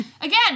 again